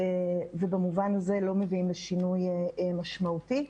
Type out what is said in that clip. ובמובן הזה לא מביאים לשינוי משמעותי.